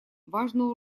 важную